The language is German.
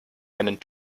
einen